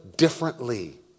differently